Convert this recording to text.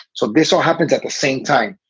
so this all happens at the same time.